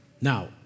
Now